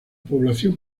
población